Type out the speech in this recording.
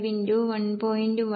75 x 1